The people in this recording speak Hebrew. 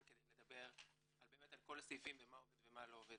כדי לדבר באמת על כל הסעיפים ומה עובד ומה לא עובד,